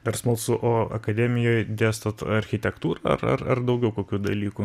dar smalsu o akademijoj dėstot architektūrą ar ar ar daugiau kokių dalykų